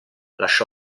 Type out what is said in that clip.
lasciò